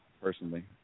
personally